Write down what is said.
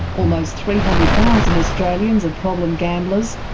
almost three hundred thousand australians are problem gamblers.